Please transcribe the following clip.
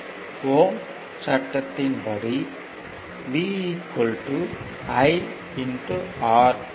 ஓம் சட்டத்தின் ohm's law படி V IR ஆகும்